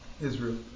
Israel